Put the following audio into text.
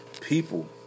People